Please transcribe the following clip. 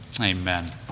Amen